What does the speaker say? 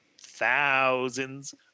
thousands